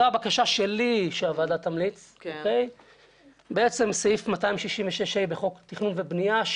הבקשה שלי שהוועדה תמליץ סעיף 266ה בחוק התכנון והבנייה,